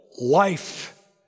life